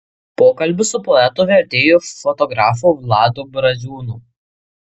pokalbis su poetu vertėju fotografu vladu braziūnu